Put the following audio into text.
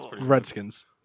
Redskins